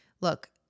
look